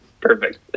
perfect